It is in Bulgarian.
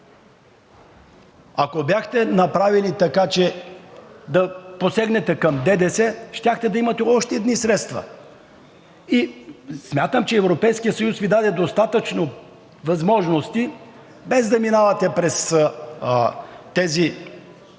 Ако бяхте направили така, че да посегнете към ДДС, щяхте да имате още едни средства. Смятам, че Европейският съюз Ви даде достатъчно възможности, без да минавате през тези